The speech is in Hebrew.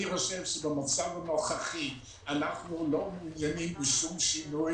אני חושב שבמצב הנוכחי אנו לא מעוניינים בשום שינוי,